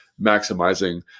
maximizing